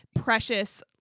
precious